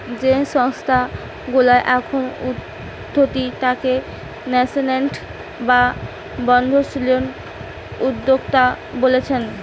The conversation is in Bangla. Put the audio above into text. যেই সংস্থা গুলা এখন উঠতি তাকে ন্যাসেন্ট বা বর্ধনশীল উদ্যোক্তা বোলছে